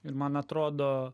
ir man atrodo